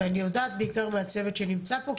ואני יודעת בעיקר מהצוות שנמצא פה,